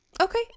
Okay